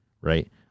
Right